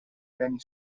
beni